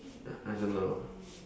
ya I don't know